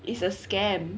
it's a scam